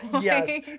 Yes